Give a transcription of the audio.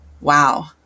wow